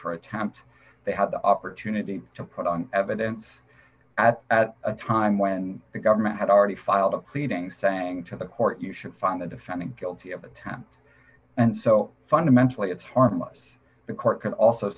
for attempt they had the opportunity to put on evidence at a time when the government had already filed a cleaning saying to the court you should find the defendant guilty of a time and so fundamentally it's harmless the court can also